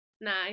nice